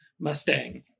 Mustang